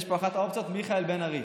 יש פה את אחת האופציות: מיכאל בן ארי.